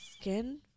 Skin